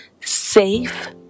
safe